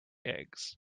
eggs